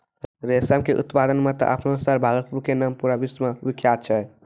रेशम के उत्पादन मॅ त आपनो शहर भागलपुर के नाम पूरा विश्व मॅ विख्यात छै